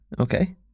Okay